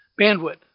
bandwidth